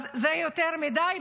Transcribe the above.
אז זה יותר מדי,